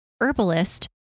herbalist